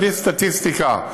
להביא סטטיסטיקה,